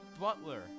Butler